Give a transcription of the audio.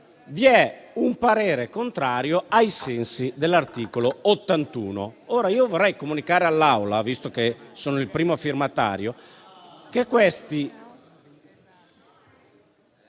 1.12 il parere è contrario, ai sensi dell'articolo 81